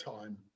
time